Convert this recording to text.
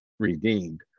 redeemed